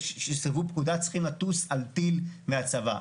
שסירבו פקודה צריכים לטוס על טיל מהצבא,